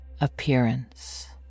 appearance